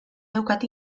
daukat